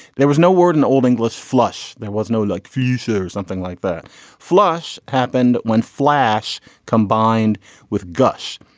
there was no word in old english flush. there was no like fusion or something like that flush happened when flash combined with gush.